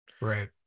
Right